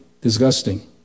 disgusting